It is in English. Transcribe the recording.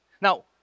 Now